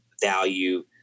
value